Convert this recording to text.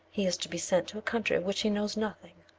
he is to be sent to a country of which he knows nothing.